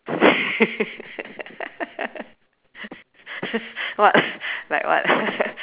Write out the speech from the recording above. what like what